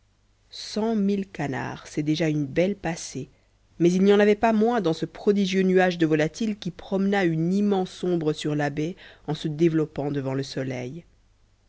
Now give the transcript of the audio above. mille canards c'est déjà une belle passée mais il n'y en avait pas moins dans ce prodigieux nuage de volatiles qui promena une immense ombre sur la baie en se développant devant le soleil